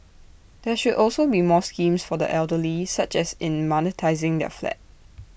there should also be more schemes for the elderly such as in monetising their flat